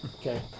Okay